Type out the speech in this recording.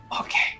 Okay